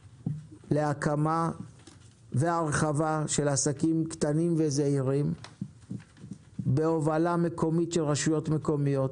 להקמה ולהרחבה של עסקים קטנים וזעירים בהובלה מקומית של רשויות מקומיות,